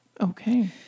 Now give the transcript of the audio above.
Okay